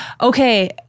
okay